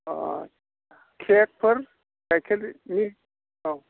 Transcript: अ केकफोर गाइखेरनि औ